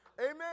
Amen